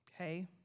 Okay